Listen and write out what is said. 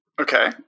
Okay